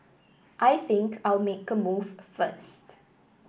I think I'll make a move first